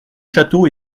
château